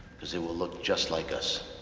because they will look just like us.